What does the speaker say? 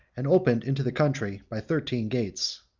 and opened into the country by thirteen gates.